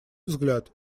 взгляд